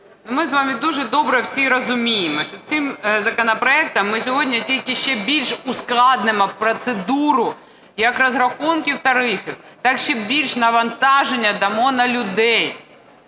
ми з вами дуже добре всі розуміємо, що цим законопроектом ми сьогодні тільки ще більш ускладнимо процедуру, як розрахунків тарифів так ще більш навантаження дамо на людей.